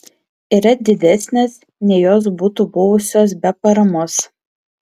yra didesnės nei jos būtų buvusios be paramos